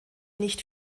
nicht